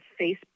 Facebook